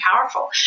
powerful